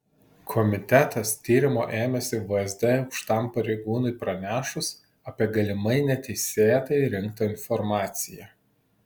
komitetas tyrimo ėmėsi vsd aukštam pareigūnui pranešus apie galimai neteisėtai rinktą informaciją